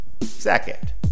Second